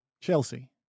Chelsea